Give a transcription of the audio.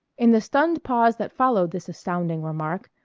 in the stunned pause that followed this astounding remark,